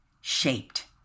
shaped